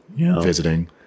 visiting